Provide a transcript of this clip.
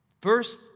First